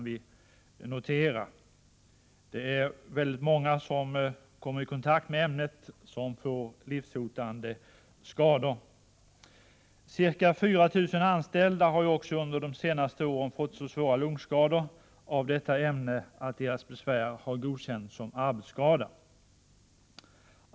Väldigt många som kommer i kontakt med ämnet får livshotande skador. Ca 4 000 anställda har under de senaste åren fått så svåra lungskador av detta ämne att deras besvär har godkänts som arbetsskada.